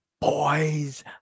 boys